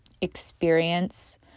experience